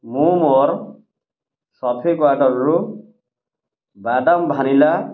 ମୁଁ ମୋର ବାଦାମ ଭାନିଲା